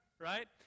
right